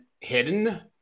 hidden